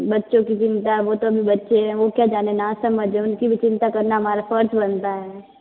बच्चों की चिंता है वो तो भी बच्चे हैं वो क्या जाने नासमझ है उनकी भी चिंता करना हमारा फर्ज बनता है